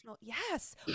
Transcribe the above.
Yes